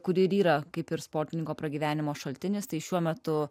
kuri yra kaip ir sportininko pragyvenimo šaltinis tai šiuo metu